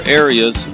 areas